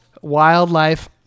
Wildlife